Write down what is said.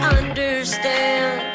understand